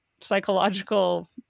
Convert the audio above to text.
psychological